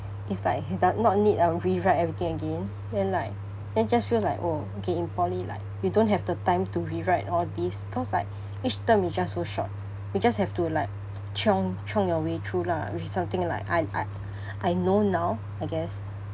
if like that not neat I'll rewrite everything again then like then just feel like oh okay in poly like you don't have the time to rewrite all these because like each term is just so short you just have to like chiong chiong your way through lah which is something like I I I know now I guess